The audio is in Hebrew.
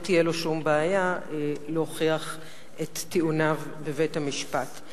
לא תהיה לו שום בעיה להוכיח את טיעוניו בבית-המשפט.